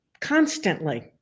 Constantly